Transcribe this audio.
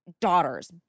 daughters